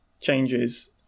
changes